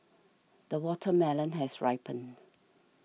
the watermelon has ripened